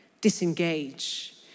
disengage